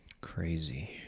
Crazy